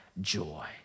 joy